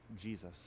Jesus